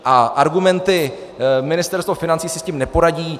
A argumenty: Ministerstvo financí si s tím neporadí...